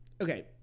okay